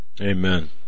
Amen